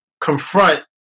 confront